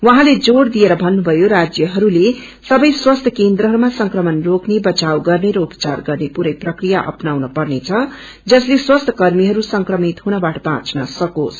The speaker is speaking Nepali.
उझँले जोड़ दिएर भन्नुभयो राज्यहरूले सवै स्वास्थ्य केन्द्रहरूमा संक्रमण रोक्ने बचाव गर्ने र उपचार गर्ने पूरै प्रक्रिया अपनाउन पर्नेछ जसले स्वास्थ्य र्मीहरू संक्रमित हुनबाट बाँच्न सक्रेस